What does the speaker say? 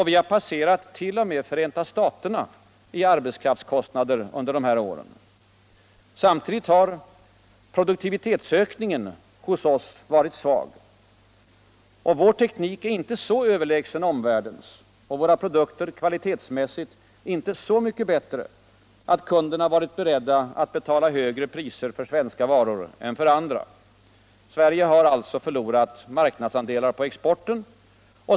Vi har passerat I. o. m. Förenta staterna i arbetskraftskostnader under dessa år. Samtidigt har produktivitetsökningen hos oss varit svag. Vår teknik är inte så överlägsen omvärldens och våra produkter kvalitetsmässigt inte så mycket bättre att kunderna har varit beredda att betala högre priser för svenska varor än för andra. Sverige har alltså förlorat marknadsandelar på exporten.